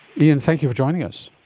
ian, thank you for joining us.